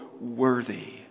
Worthy